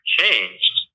changed